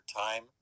time